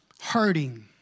hurting